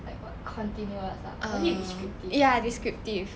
like what continuous ah or is it descriptive